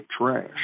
trash